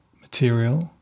material